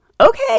okay